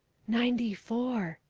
ninety-four,